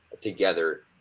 together